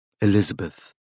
Elizabeth